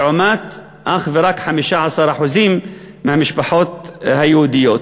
לעומת אך ורק 15% מהמשפחות היהודיות,